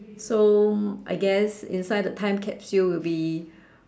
so I guess inside the time capsule would be